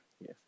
Yes